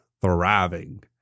thriving